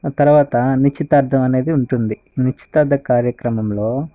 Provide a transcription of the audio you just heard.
తరువాత నిశ్చితార్థం అనేది ఉంటుంది నిశ్చితార్థ కార్యక్రమంలో